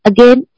Again